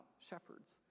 shepherds